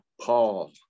Paul